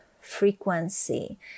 frequency